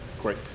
Great